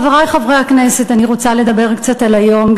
חברי חברי הכנסת, אני רוצה לדבר קצת על היום.